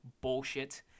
bullshit